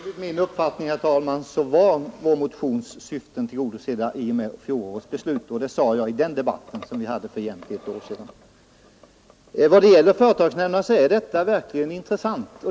Enligt min uppfattning tillgodosågs vår motions syften i och med fjolårets beslut, och det sade jag i den debatt som vi förde för jämnt ett år sedan. Frågan om företagsnämnderna är verkligen intressant.